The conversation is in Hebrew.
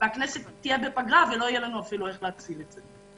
והכנסת תהיה בפגרה ולא יהיה לנו אפילו איך להציל את זה?